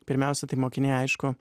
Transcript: pirmiausia tai mokiniai aišku